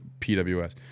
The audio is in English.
PWS